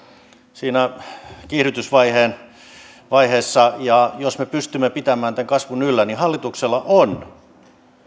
siinä kiihdytysvaiheen vaiheessa ja jos me pystymme pitämään tämän kasvun yllä hallituksella on